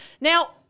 Now